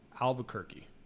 Albuquerque